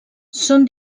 són